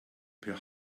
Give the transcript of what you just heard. per